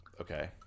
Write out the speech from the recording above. Okay